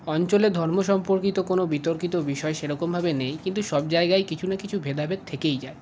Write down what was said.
অঞ্চলের ধর্ম সম্পর্কিত কোন বিতর্কিত বিষয় সেরকমভাবে নেই কিন্তু সব জায়গায় কিছু না কিছু ভেদাভেদ থেকেই যায়